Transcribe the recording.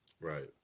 Right